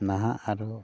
ᱱᱟᱦᱟᱜ ᱟᱨᱦᱚᱸ